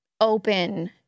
open